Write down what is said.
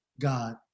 God